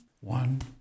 one